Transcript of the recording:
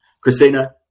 Christina